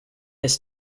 has